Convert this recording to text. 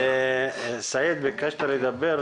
סעיד, ביקשת לדבר.